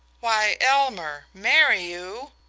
why, elmer marry you?